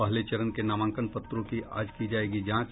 पहले चरण के नामांकन पत्रों की आज की जायेगी जांच